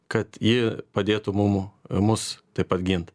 kad ji padėtų mum mus taip pat gint